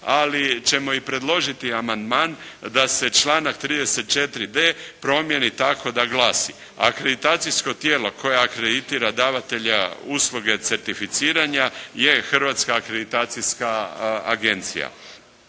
ali ćemo i predložiti amandman da se članak 34.d promijenit tako da glasi: "Akreditacijsko tijelo koje akreditira davatelja usluge ceritificiranja je Hrvatska akreditacijska agencija.".